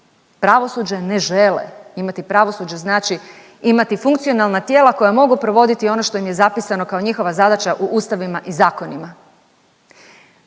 pravosuđe ne žele. Imati pravosuđe znači imati funkcionalna tijela koja mogu provoditi ono što im je zapisano kao njihova zadaća u ustavima i zakonima.